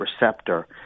receptor